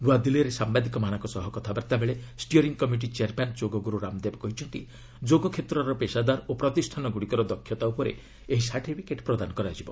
ନ୍ତଆଦିଲ୍ଲୀରେ ସାମ୍ବାଦିକମାନଙ୍କ ସହ କଥାବାର୍ଭାବେଳେ ଷ୍ଟିଅରିଂ କମିଟି ଚେୟାର୍ମ୍ୟାନ୍ ଯୋଗଗୁରୁ ରାମଦେବ କହିଛନ୍ତି ଯୋଗ କ୍ଷେତ୍ରର ପେସାଦାର ଓ ପ୍ରତିଷ୍ଠାନଗୁଡ଼ିକର ଦକ୍ଷତା ଉପରେ ଏହି ସାର୍ଟିଫିକେଟ୍ ପ୍ରଦାନ କରାଯିବ